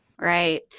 Right